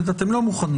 לזה אתם לא מוכנים.